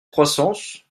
croissance